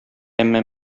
әмма